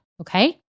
okay